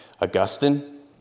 Augustine